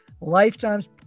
Lifetime's